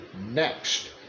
next